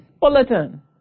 bulletin